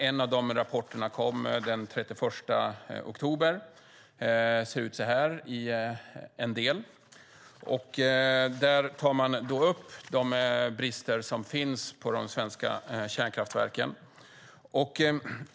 En av dessa rapporter kom den 31 oktober. Där tar man upp de brister som finns på de svenska kärnkraftverken.